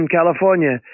California